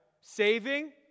Saving